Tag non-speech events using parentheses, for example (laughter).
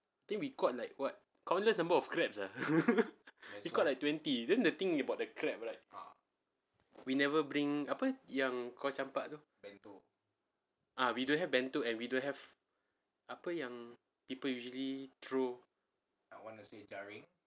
I think we caught like what countless number of crabs lah (laughs) we caught like twenty then the thing about the crab right we never bring apa yang kau campak tu ah we don't have bento and we don't have apa yang people usually throw